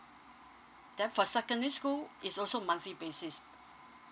then for secondary school is also monthly basis